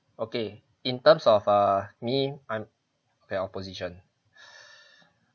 okay in terms of uh me I'm the opposition